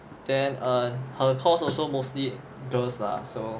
then err her course also mostly girls lah so